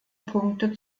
punkte